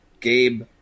Gabe